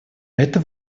это